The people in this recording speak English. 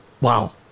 wow